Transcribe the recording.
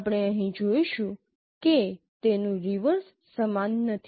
આપણે અહીં જોઈશું કે તેનું રિવર્સ સમાન નથી